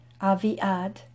Avi'ad